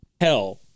hell